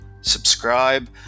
subscribe